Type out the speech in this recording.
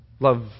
Love